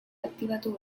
aktibatu